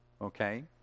Okay